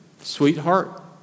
sweetheart